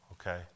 Okay